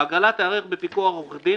ההגרלה תיערך בפיקוח עורך דין,